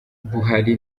buhari